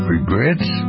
Regrets